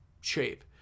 shape